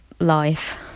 life